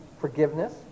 forgiveness